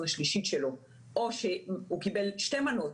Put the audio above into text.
השלישית שלו או שהוא קיבל שתי מנות,